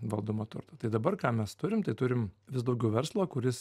valdomo turto tai dabar ką mes turim tai turim vis daugiau verslo kuris